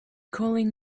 calling